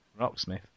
Rocksmith